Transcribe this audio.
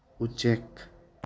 ꯎꯆꯦꯛ